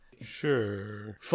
Sure